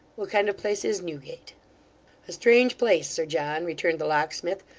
what kind of place is newgate a strange place, sir john returned the locksmith,